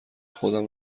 خودم